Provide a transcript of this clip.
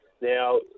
Now